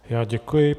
Já děkuji.